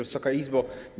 Wysoka Izbo!